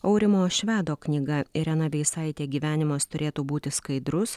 aurimo švedo knyga irena veisaitė gyvenimas turėtų būti skaidrus